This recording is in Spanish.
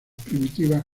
primitivas